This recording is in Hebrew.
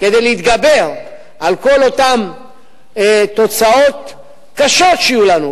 כדי להתגבר על כל אותן תוצאות קשות שיהיו לנו,